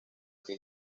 que